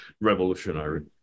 revolutionary